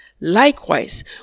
Likewise